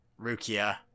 rukia